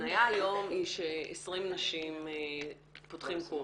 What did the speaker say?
ההתניה היום היא ש-20 נשים פותחים קורס.